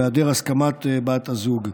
בהיעדר הסכמת בת הזוג,